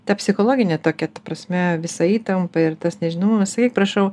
ta psichologine tokia prasme visa įtampa ir tas nežinomumas sakyk prašau